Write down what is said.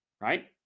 right